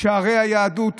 שערי היהדות